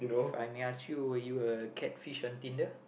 If I may ask you were you a catfish on Tinder